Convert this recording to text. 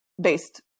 based